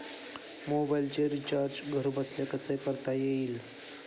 मोबाइलचे रिचार्ज घरबसल्या कसे करता येईल?